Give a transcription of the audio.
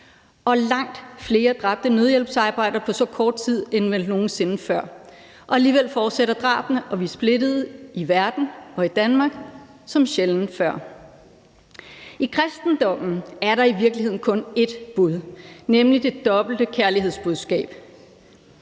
og langt flere dræbte nødhjælpsarbejdere på så kort tid end vel nogen sinde før. Alligevel fortsætter drabene, og vi er splittede i verden og i Danmark som sjældent før. I kristendommen er der i virkeligheden kun ét bud, nemlig det dobbelte kærlighedsbudskab.